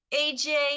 AJ